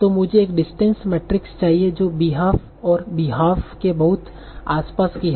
तों मुझे एक डिस्टेंस मेट्रिक चाहिए जो b e h a f और b e h a l f के बहुत आस पास की हो